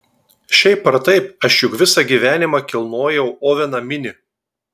šiaip ar taip aš juk visą gyvenimą kilnojau oveną minį